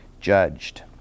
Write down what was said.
judged